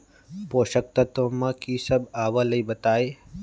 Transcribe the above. पोषक तत्व म की सब आबलई बताई?